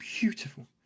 beautiful